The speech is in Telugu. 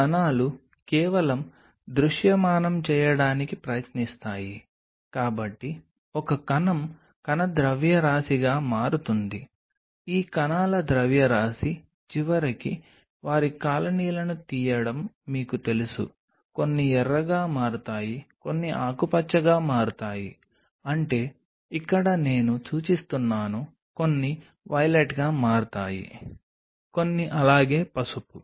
ఆ కణాలు కేవలం దృశ్యమానం చేయడానికి ప్రయత్నిస్తాయి కాబట్టి ఒక కణం కణ ద్రవ్యరాశిగా మారుతుంది ఈ కణాల ద్రవ్యరాశి చివరికి వారి కాలనీలను తీయడం మీకు తెలుసు కొన్ని ఎర్రగా మారుతాయి కొన్ని ఆకుపచ్చగా మారుతాయి అంటే ఇక్కడ నేను సూచిస్తున్నాను కొన్ని వైలెట్గా మారుతాయి కొన్ని అలాగే పసుపు